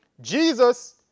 Jesus